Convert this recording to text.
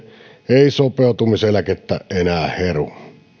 ei sopeutumiseläkettä enää heru